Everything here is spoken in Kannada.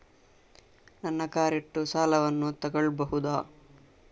ನನ್ನ ಕಾರ್ ಇಟ್ಟು ಸಾಲವನ್ನು ತಗೋಳ್ಬಹುದಾ?